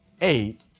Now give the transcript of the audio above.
eight